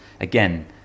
Again